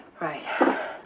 Right